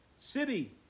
City